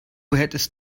hättest